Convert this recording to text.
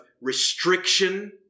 restriction